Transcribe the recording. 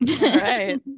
right